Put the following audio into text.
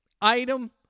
item